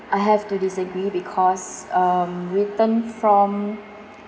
I have to disagree because um written form